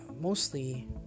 mostly